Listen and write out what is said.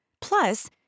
Plus